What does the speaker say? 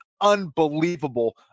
unbelievable